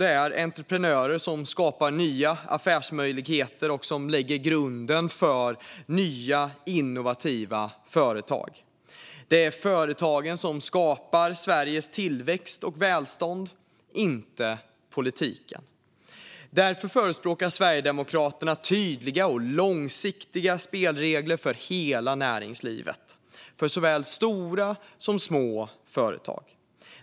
är ju entreprenörer som skapar nya affärsmöjligheter och lägger grunden för nya innovativa företag. Det är företagen som skapar Sveriges tillväxt och välstånd, inte politiken. Därför förespråkar Sverigedemokraterna tydliga och långsiktiga spelregler för hela näringslivet, för såväl stora som små företag.